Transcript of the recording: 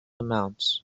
amounts